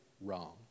wrong